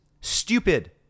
stupid